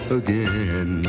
again